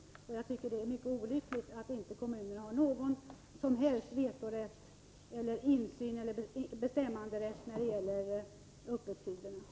Jag tycker att det är mycket oriktigt att kommunerna inte har någon som helst vetorätt, bestämmanderätt eller insyn när det gäller öppethållandet.